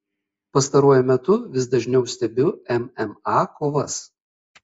pastaruoju metu vis dažniau stebiu mma kovas